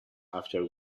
after